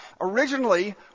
originally